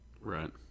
Right